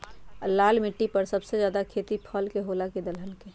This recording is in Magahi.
लाल मिट्टी पर सबसे ज्यादा खेती फल के होला की दलहन के?